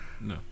No